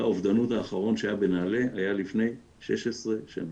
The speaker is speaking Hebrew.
האובדנות האחרון שהיה בנעל"ה היה לפני 16 שנים.